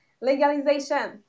legalization